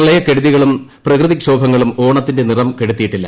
പ്രളയക്കെടുതികളും പ്രകൃതിക്ഷോഭങ്ങളും ഓണത്തിന്റെ നിറം കെടുത്തിയിട്ടില്ല